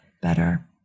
better